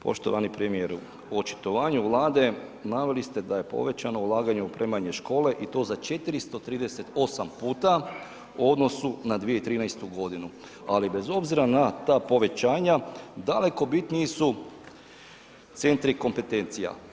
Poštovani premijeru u očitovanju Vlade naveli ste da je povećano ulaganje u opremanje škole i to za 438 puta u odnosu na 2013. godinu, ali bez obzira na ta povećanja daleko bitniji su centri kompetencija.